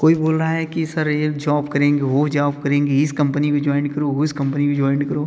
कोई बोल रहा है कि सर ये जॉब करेंगे वो जॉब करेंगे इस कंपनी में ज्वाइन करो उस कंपनी में ज्वाइंड करो